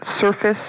surface